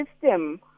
system